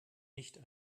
nicht